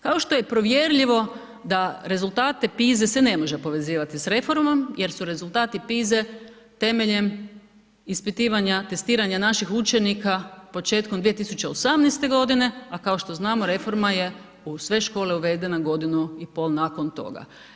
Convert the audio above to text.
Kao što je provjerljivo da, rezultate PISA-e se ne može povezivati s reformom jer su rezultati PISA-e temeljem ispitivanja, testiranja naših učenika početkom 2018. g., a kao što znamo, reforma je u sve škole uvedena godinu i pol nakon toga.